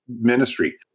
ministry